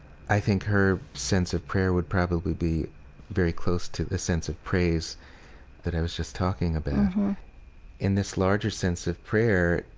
i think her sense of prayer would probably be very close to the sense of praise that i was just talking about mm-hmm in this larger sense of prayer,